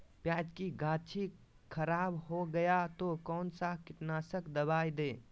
प्याज की गाछी खराब हो गया तो कौन सा कीटनाशक दवाएं दे?